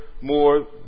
more